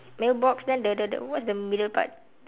mailbox then the the the what's the middle part